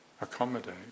Accommodate